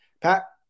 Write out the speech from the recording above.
Pat